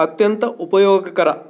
ಅತ್ಯಂತ ಉಪಯೋಗಕರ